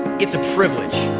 it's a privilege.